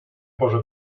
posa